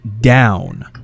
down